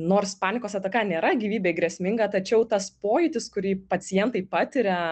nors panikos ataka nėra gyvybei grėsminga tačiau tas pojūtis kurį pacientai patiria